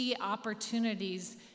opportunities